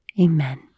Amen